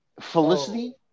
Felicity